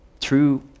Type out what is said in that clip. true